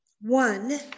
One